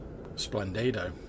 Splendido